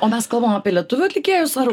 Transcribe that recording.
o mes kalbam apie lietuvių atlikėjus ar